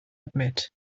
admit